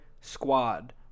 squad